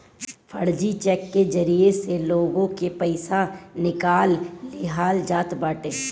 फर्जी चेक के जरिया से लोग के पईसा निकाल लिहल जात बाटे